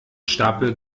stapel